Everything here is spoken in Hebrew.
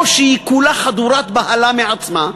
או שהיא כולה חדורת בהלה מעצמה,